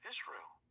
Israel